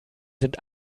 sind